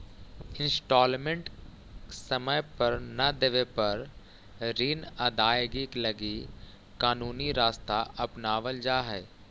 instalment समय पर न देवे पर ऋण अदायगी लगी कानूनी रास्ता अपनावल जा हई